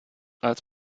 als